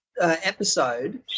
episode